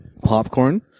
popcorn